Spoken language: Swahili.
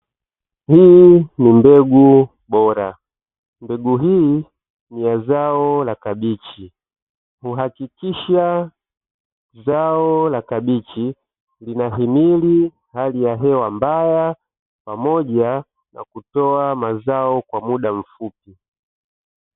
Hii ni mbegu bora, mbegu hii ni ya zao la kabichi uhakikisha zao la kabichi linahimili hali ya hewa mbaya pamoja na kutoa mazao kwa muda mfupi.